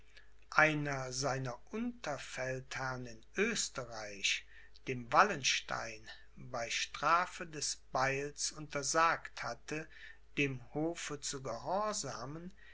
einer seiner unterfeldherrn in oesterreich dem wallenstein bei strafe des beils untersagt hatte dem hofe zu